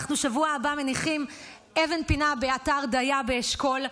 אנחנו בשבוע הבא מניחים אבן פינה באתר דיה באשכול,